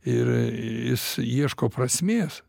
ir jis ieško prasmės